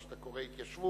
מה שאתה קורא התיישבות,